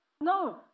No